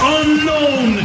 unknown